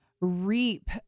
reap